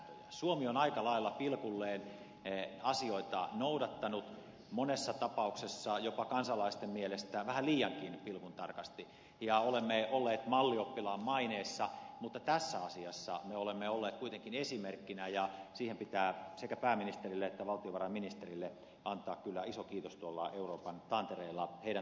suomi on aika lailla pilkulleen asioita noudattanut monessa tapauksessa jopa kansalaisten mielestä vähän liiankin pilkuntarkasti ja olemme olleet mallioppilaan maineessa mutta tässä asiassa me olemme olleet kuitenkin esimerkkinä ja siihen pitää sekä pääministerille että valtiovarainministerille antaa kyllä iso kiitos tuolla euroopan tantereilla heidän toiminnastaan